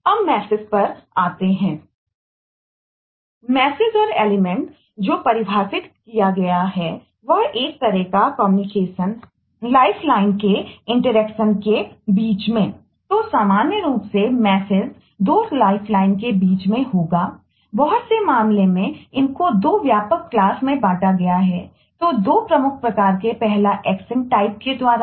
अब मैसेजके द्वारा